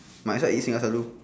might as well eat singgah selalu